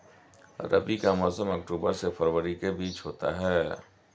रबी का मौसम अक्टूबर से फरवरी के बीच होता है